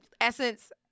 Essence